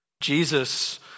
Jesus